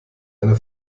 eine